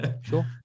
sure